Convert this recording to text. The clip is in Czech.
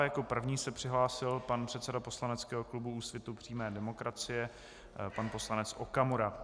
Jako první se přihlásil pan předseda poslaneckého klubu Úsvitu přímé demokracie, pan poslanec Okamura.